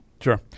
Sure